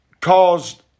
caused